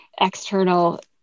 external